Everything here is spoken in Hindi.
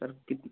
सर कित